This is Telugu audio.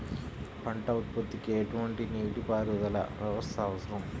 పంట ఉత్పత్తికి ఎటువంటి నీటిపారుదల వ్యవస్థ అవసరం?